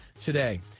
today